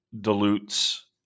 dilutes